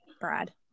brad